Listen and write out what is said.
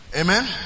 Amen